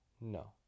No